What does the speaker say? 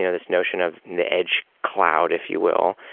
you know this notion of the edge cloud, if you will,